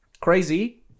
Crazy